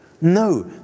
No